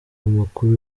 makuru